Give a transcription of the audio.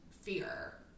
fear